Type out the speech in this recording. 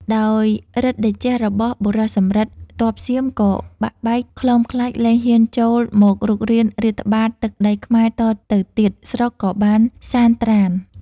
ដោយឫទ្ធិតេជះរបស់បុរសសំរិទ្ធ ទ័ពសៀម ក៏បាក់បែកខ្លបខ្លាចលែងហ៊ានចូលមករុករានរាតត្បាតទឹកដីខ្មែរតទៅទៀតស្រុកក៏បានសានត្រាណ ។